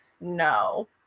No